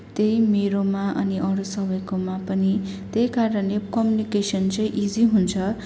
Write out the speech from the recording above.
त्यही मेरोमा अनि अरू सबैकोमा पनि त्यही कारणले कम्युनिकेसन चाहिँ इजी हुन्छ